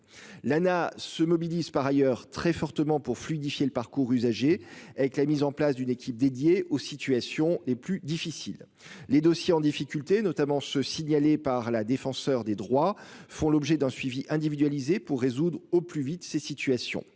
l'Lana se mobilise par ailleurs très fortement pour fluidifier le parcours usagers avec la mise en place d'une équipe dédiée aux situations les plus difficiles, les dossiers en difficulté notamment ceux signalés par la défenseure des droits font l'objet d'un suivi individualisé pour résoudre au plus vite ces situations